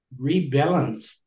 rebalance